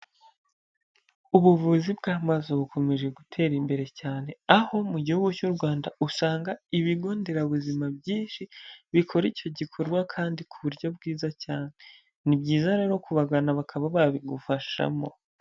Ubuvuzi bw'amaso bukomeje gutera imbere cyane aho mu gihugu cy'u Rwanda usanga ibigo nderabuzima byinshi, bikora icyo gikorwa kandi ku buryo bwiza cyane, ni byiza rero kubagana bakaba babigufashamo.